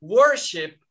worship